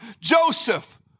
Joseph